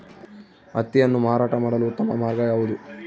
ಹತ್ತಿಯನ್ನು ಮಾರಾಟ ಮಾಡಲು ಉತ್ತಮ ಮಾರ್ಗ ಯಾವುದು?